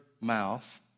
mouth